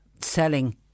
selling